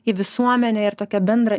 į visuomenę ir tokia bendra